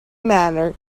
matter